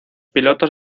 pilotos